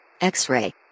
X-ray